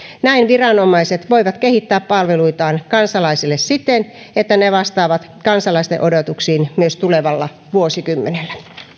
näin viranomaiset voivat kehittää palveluitaan kansalaisille siten että ne vastaavat kansalaisten odotuksiin myös tulevalla vuosikymmenellä